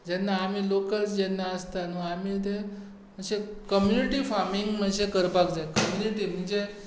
जेन्ना आमी लोकल्स जेन्ना आसता न्हय आमी ते कम्युनिटी फार्मिंग अशें करपाक जाय म्हणचे